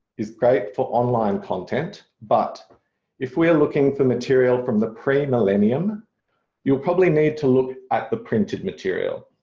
is great for online content but if we are looking for material from the pre millennium you'll probably need to look at the printed material